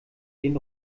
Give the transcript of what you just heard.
den